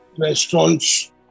restaurants